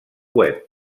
web